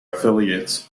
affiliates